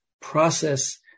process